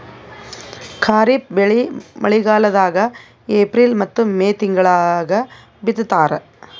ಖಾರಿಫ್ ಬೆಳಿ ಮಳಿಗಾಲದಾಗ ಏಪ್ರಿಲ್ ಮತ್ತು ಮೇ ತಿಂಗಳಾಗ ಬಿತ್ತತಾರ